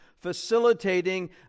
facilitating